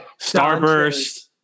Starburst